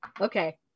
okay